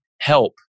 help